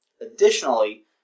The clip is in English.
Additionally